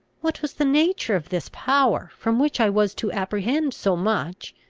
what was the nature of this power, from which i was to apprehend so much,